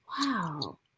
Wow